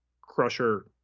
Crusher